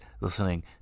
listening